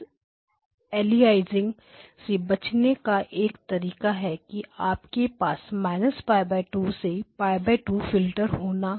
इस अलियासिंग से बचने का एक तरीका है कि आपके पास π2 से π2